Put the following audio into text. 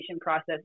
process